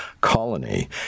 colony